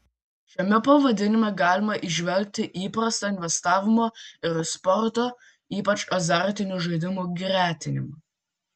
šiame pavadinime galima įžvelgti įprastą investavimo ir sporto ypač azartinių žaidimų gretinimą